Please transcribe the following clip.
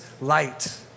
light